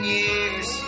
years